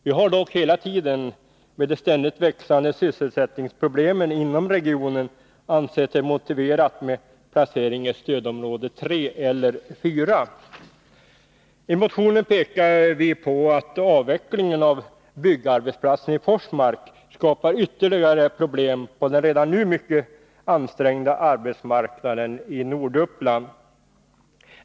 Vi har dock hela tiden med de ständigt växande sysselsättningsproblemen inom regionen ansett det motiverat med en placering i stödområde 3 eller 4. I motionen pekar vi på att avvecklingen av byggarbetsplatsen i Forsmark skapar ytterligare problem på den redan nu mycket ansträngda arbetsmarknaden i Norduppland.